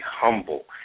humble